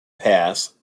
pass